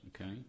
Okay